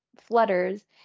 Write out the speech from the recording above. flutters